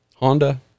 honda